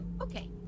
okay